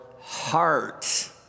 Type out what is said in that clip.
heart